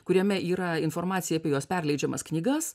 kuriame yra informacija apie jos perleidžiamas knygas